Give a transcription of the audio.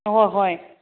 ꯑꯍꯣ ꯍꯣꯏ